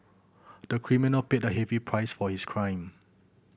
the criminal paid a heavy price for his crime